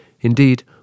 Indeed